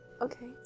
Okay